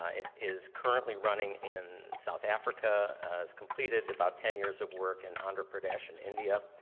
ah it is currently running in south africa as completed about ten years of work in andhra pradesh in india.